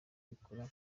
kubikora